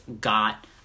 got